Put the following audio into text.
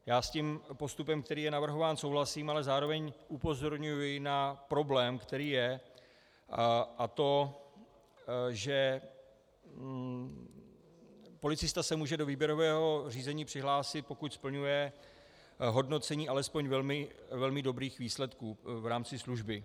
Já s postupem, který je navrhován, souhlasím, ale zároveň upozorňuji na problém, který je, a to že policista se může do výběrového řízení přihlásit, pokud splňuje hodnocení alespoň velmi dobrých výsledků v rámci služby.